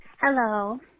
Hello